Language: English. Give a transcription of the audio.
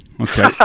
Okay